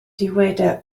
dyweda